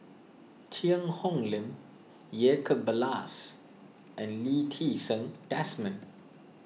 Cheang Hong Lim Jacob Ballas and Lee Ti Seng Desmond